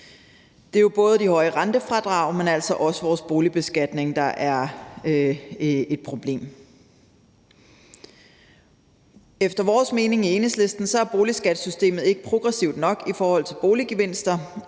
Det er jo både det høje rentefradrag, men altså også vores boligbeskatning, der er et problem. Efter vores mening i Enhedslisten er boligskattesystemet ikke progressivt nok i forhold til boliggevinster,